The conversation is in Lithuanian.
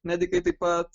medikai taip pat